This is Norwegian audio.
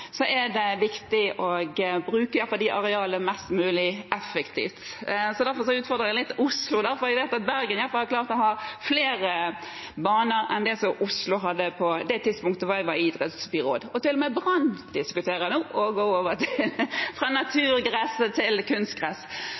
er det viktig å bruke i hvert fall de arealene mest mulig effektivt. Derfor utfordrer jeg Oslo litt, for jeg vet at Bergen i alle fall hadde klart å ha flere baner enn det som Oslo hadde på det tidspunktet da jeg var idrettsbyråd. Til og med Brann diskuterer nå å gå over fra naturgress til kunstgress.